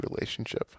relationship